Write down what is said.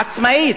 עצמאית.